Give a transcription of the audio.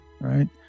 right